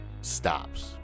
stops